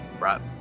Right